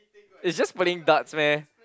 it's just playing darts meh